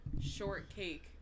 Shortcake